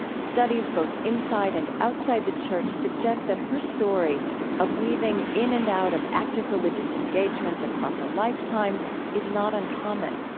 studies both inside and outside the church suggest that her story of weaving in and out of active religious engagement across a lifetime is not uncommon.